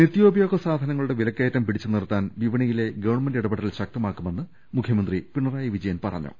നിത്യോപയോഗ സാധനങ്ങളുടെ വിലക്കയറ്റം പ്പിടിച്ചുനിർത്താൻ വിപണിയിലെ ഗവൺമെന്റ് ഇടപെടൽ ശക്തമാക്കുമെന്ന് മുഖ്യമന്ത്രി പിണറായി വിജയൻ പറഞ്ഞു